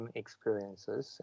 experiences